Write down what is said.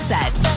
Set